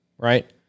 Right